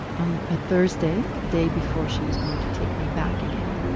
on a thursday, a day before she was going to take me back again.